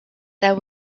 there